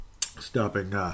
Stopping